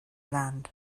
land